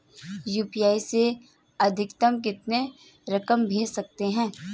UPI से अधिकतम कितनी रकम भेज सकते हैं?